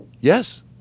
Yes